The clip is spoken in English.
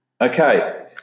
Okay